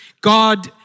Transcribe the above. God